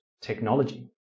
technology